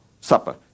supper